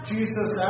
Jesus